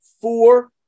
four